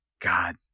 god